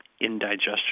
indigestion